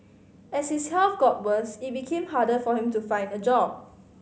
as his health got worse it became harder for him to find a job